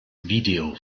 video